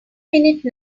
minute